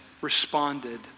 responded